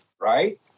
Right